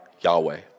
Yahweh